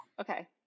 Okay